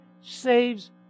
saves